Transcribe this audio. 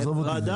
עזוב אותי מהשאר.